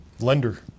Lender